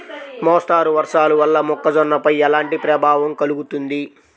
మోస్తరు వర్షాలు వల్ల మొక్కజొన్నపై ఎలాంటి ప్రభావం కలుగుతుంది?